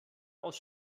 aus